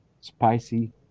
spicy